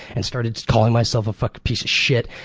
and started calling myself a fucking piece of shit.